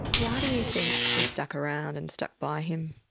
why do you think she stuck around and stuck by him?